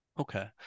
Okay